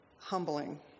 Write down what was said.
humbling